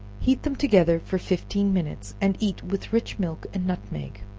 heat them together for fifteen minutes, and eat with rich milk and nutmeg.